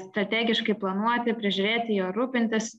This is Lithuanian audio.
strategiškai planuoti prižiūrėti juo rūpintis